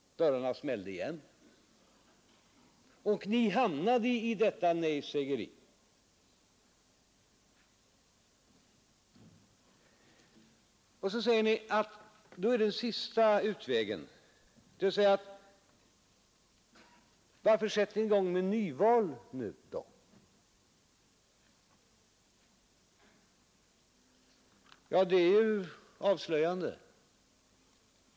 Dörrarna smällde åter igen, och ni hamnade i detta nejsägeri. Och så säger ni att då är sista utvägen att anordna ett nyval — varför gör vi inte det då? Det är ju avslöjande.